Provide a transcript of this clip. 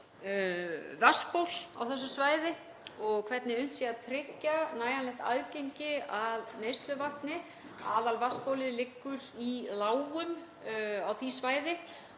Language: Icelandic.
vatnsból á þessu svæði og hvernig unnt sé að tryggja nægjanlegt aðgengi að neysluvatni. Aðalvatnsbólið liggur í lágum á því svæði